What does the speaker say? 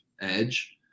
edge